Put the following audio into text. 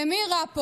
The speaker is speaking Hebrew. למי רע פה?